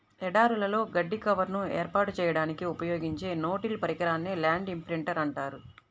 ఎడారులలో గడ్డి కవర్ను ఏర్పాటు చేయడానికి ఉపయోగించే నో టిల్ పరికరాన్నే ల్యాండ్ ఇంప్రింటర్ అంటారు